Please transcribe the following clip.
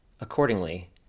Accordingly